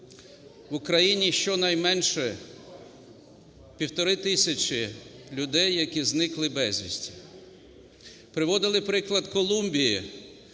в Україні щонайменше півтори тисячі людей, які зникли безвісти. Приводили приклад Колумбії,